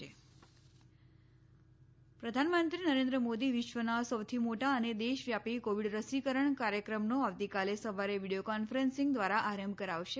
રસીકરણ પ્રધાનમંત્રી પ્રધાનમંત્રી નરેન્દ્ર મોદી વિશ્વના સૌથી મોટા અને દેશ વ્યાપી કોવિડ રસીકરણ કાર્યક્રમનો આવતીકાલે સવારે વીડિયો કોન્ફરન્સીંગ દ્વારા આરંભ કરાવશે